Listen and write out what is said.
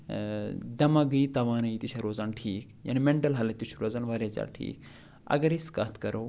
دٮ۪ماغٲیی توانٲیی تہِ چھےٚ روزان ٹھیٖک یعنی مٮ۪نٹَل ہٮ۪لٕتھ تہِ چھِ روزان واریاہ زیادٕ ٹھیٖک اگر أسۍ کَتھ کَرو